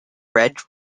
red